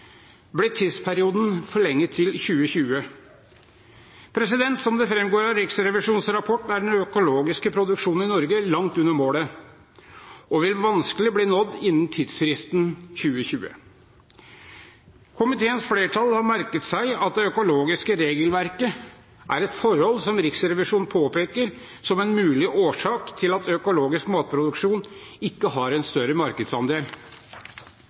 ble tidsperioden forlenget til 2020. Som det framgår av Riksrevisjonens rapport, er den økologiske produksjonen i Norge langt under målet, og målet vil vanskelig bli nådd innen tidsfristen, 2020. Komiteens flertall har merket seg at det økologiske regelverket er et forhold som Riksrevisjonen påpeker som en mulig årsak til at økologisk matproduksjon ikke har en større markedsandel.